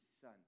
son